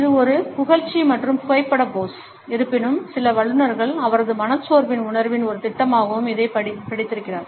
இது ஒரு புகழ்ச்சி மற்றும் புகைப்பட போஸ் இருப்பினும் சில வல்லுநர்கள் அவரது மனச்சோர்வின் உணர்வின் ஒரு திட்டமாகவும் இதைப் படித்திருக்கிறார்கள்